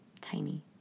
tiny